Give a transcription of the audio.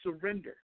surrender